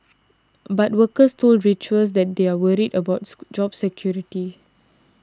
but workers told Reuters that they were worried about job security